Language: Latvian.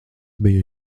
biju